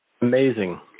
Amazing